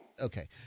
Okay